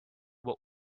what